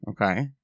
Okay